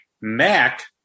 Mac